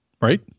right